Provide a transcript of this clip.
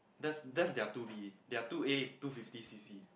that's that's their two B their two A is two fifty C_C